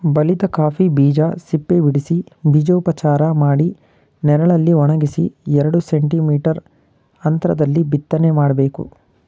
ಬಲಿತ ಕಾಫಿ ಬೀಜ ಸಿಪ್ಪೆಬಿಡಿಸಿ ಬೀಜೋಪಚಾರ ಮಾಡಿ ನೆರಳಲ್ಲಿ ಒಣಗಿಸಿ ಎರಡು ಸೆಂಟಿ ಮೀಟರ್ ಅಂತ್ರದಲ್ಲಿ ಬಿತ್ತನೆ ಮಾಡ್ಬೇಕು